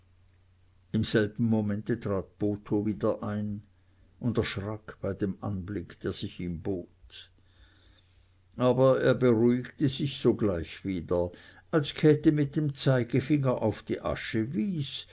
im selben momente trat botho wieder ein und erschrak bei dem anblick der sich ihm bot aber er beruhigte sich sogleich wieder als käthe mit dem zeigefinger auf die asche wies